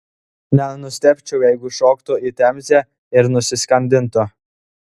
nenustebčiau jeigu šoktų į temzę ir nusiskandintų